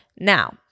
Now